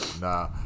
Nah